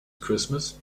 christmas